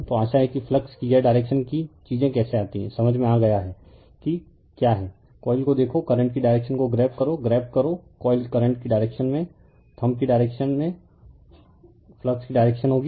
तो आशा है कि फ्लक्स की यह डायरेक्शन कि चीजें कैसे आती हैं समझ में आ गया है कि क्या है कॉइल को देखो करंट की डायरेक्शन को ग्रैब करो ग्रैब करो कॉइल करंट की डायरेक्शन में और थम्ब की डायरेक्शन फ्लक्स की डायरेक्शन होगी